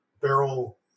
barrel